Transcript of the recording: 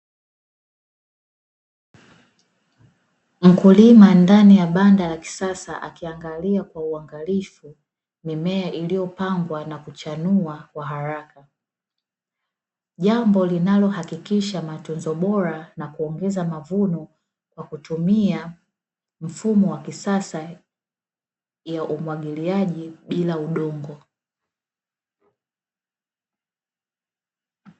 Mkulima ndani ya banda la kisasa akiangalia kwa uangalifu mimea iliyopandwa na kuchanua kwa haraka. Jambo linalohakikisha matunzo bora na kuongeza mavuno kwa kutumia mfumo wa kisasa wa umwagiliaji bila udongo.